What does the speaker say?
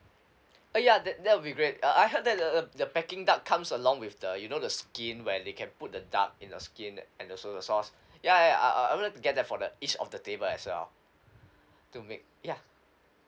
uh ya that that would be great uh I heard that the the the peking duck comes along with the you know the skin where they can put the duck in the skin and also the sauce ya ya uh uh I I would like to get that for that each of the table as well to make ya